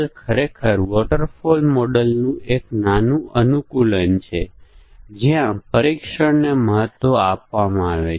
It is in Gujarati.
જો દરેક પરિમાણ બુલિયન છે તો આપણને 2n પરીક્ષણના કેસોની જરૂર છે